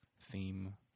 theme